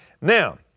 Now